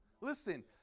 Listen